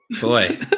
Boy